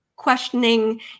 questioning